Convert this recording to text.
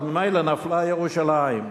אז ממילא נפלה ירושלים,